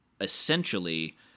essentially